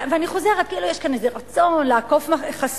אני חוזרת, כאילו יש כאן איזה רצון לעקוף חסמים.